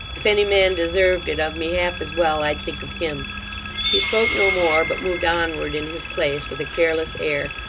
if any man deserved it of me half as well, i'd think of him he spoke no more, but moved onward in his place, with a careless air,